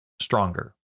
stronger